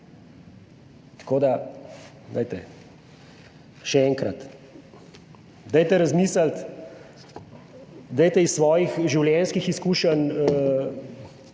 Tako da, še enkrat, dajte razmisliti, dajte iz svojih življenjskih izkušenj,